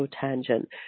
tangent